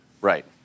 right